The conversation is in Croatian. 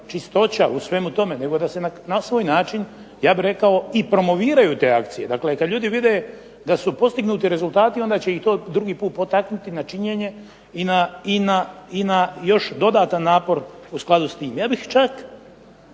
čistoća u svemu tome, nego da se na svoj način ja bih rekao i promoviraju te akcije. Dakle kad ljudi vide da su postignuti rezultati, onda će ih to drugi put potaknuti na činjenje i na još dodatan napor u skladu s tim. Ja bih čak